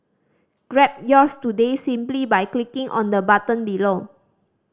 grab yours today simply by clicking on the button below